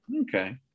Okay